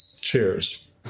Cheers